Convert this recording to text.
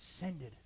ascended